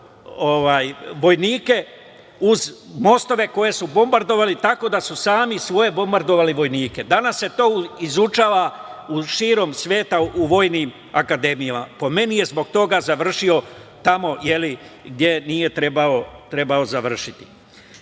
vojnike uz mostove koje su bombardovali tako da su sami svoje vojnike bombardovali. Danas se to izučava širom sveta u vojnim akademijama. Po meni je zbog toga završio tamo gde nije trebalo da završi. Što